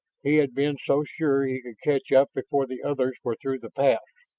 he had been so sure he could catch up before the others were through the pass.